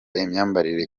imyambarire